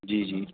جی جی